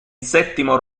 settimo